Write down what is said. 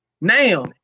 Now